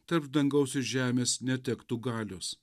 tarp dangaus ir žemės netektų galios